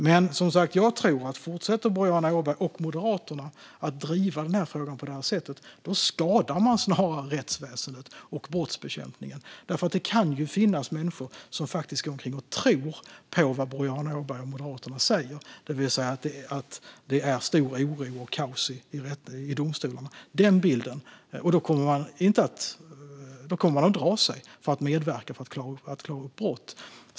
Jag tror som sagt att om Boriana Åberg och Moderaterna fortsätter driva den här frågan på det här sättet, då snarare skadar de rättsväsendet och brottsbekämpningen. Det kan ju finnas människor som faktiskt tror på vad Boriana Åberg och Moderaterna säger, det vill säga att det är stor oro och kaos i domstolarna. Då kommer de att dra sig för att medverka till att klara upp brott.